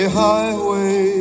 highway